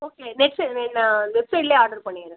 okay next way நான் வெப்சைட்லேயே ஆட்ரு பண்ணிடுறேன்